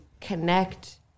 connect